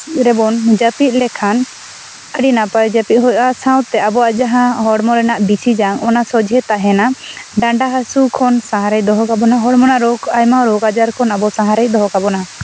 ᱨᱮᱵᱚᱱ ᱡᱟᱹᱯᱤᱡ ᱞᱮᱠᱷᱟᱱ ᱟᱹᱰᱤ ᱱᱟᱯᱟᱭ ᱡᱟᱹᱯᱤᱡ ᱦᱩᱭᱩᱜᱼᱟ ᱥᱟᱶᱛᱮ ᱟᱵᱚᱣᱟᱜ ᱡᱟᱦᱟᱸ ᱦᱚᱲᱢᱚ ᱨᱮᱱᱟᱜ ᱵᱤᱥᱤ ᱡᱟᱝ ᱚᱱᱟ ᱥᱚᱡᱷᱮ ᱛᱟᱦᱮᱱᱟ ᱰᱟᱸᱰᱟ ᱦᱟᱹᱥᱩ ᱠᱷᱚᱱ ᱥᱟᱦᱟ ᱨᱮ ᱫᱚᱦᱚ ᱠᱟᱵᱚᱱᱟ ᱦᱚᱲᱢᱚ ᱨᱮᱱᱟᱜ ᱨᱳᱜᱽ ᱟᱭᱢᱟ ᱨᱳᱜᱽ ᱟᱡᱟᱨ ᱠᱷᱚᱱ ᱟᱵᱚ ᱥᱟᱦᱟ ᱨᱮᱭ ᱫᱚᱦᱚ ᱠᱟᱵᱚᱱᱟ